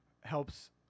helps